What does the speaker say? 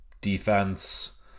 defense